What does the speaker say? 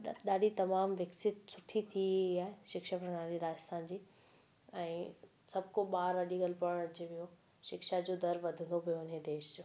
ड ॾाढी तमामु विकसित थी वई आहे शिक्षा प्रणाली राजस्थान जी ऐं सभु को ॿार अॼकल्ह पढ़णु अचे पियो शिक्षा जो दरु बदिल देश जो